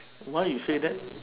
why you say that